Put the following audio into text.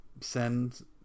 send